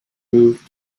moved